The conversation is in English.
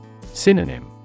Synonym